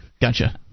Gotcha